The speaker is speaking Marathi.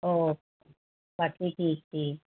हो बाकी ठीक ठीक